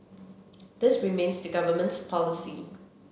this remains the Government's policy